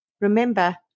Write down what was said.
Remember